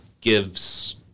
gives